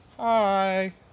Hi